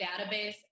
database